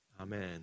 amen